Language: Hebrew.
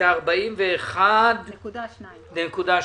סכום של 41.2 מיליון.